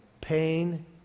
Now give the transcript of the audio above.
pain